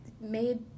made